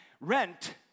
rent